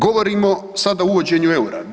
Govorimo sada o uvođenju EUR-a.